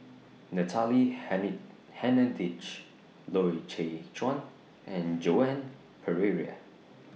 Natalie Hennedige Loy Chye Chuan and Joan Pereira